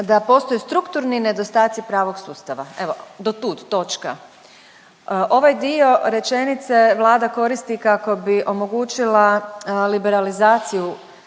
da postoje strukturni nedostaci pravog sustava, evo do tud, točka. Ovaj dio rečenice Vlada koristi kako bi omogućila liberalizaciju